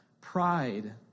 pride